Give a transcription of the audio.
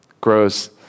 grows